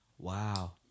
Wow